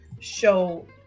show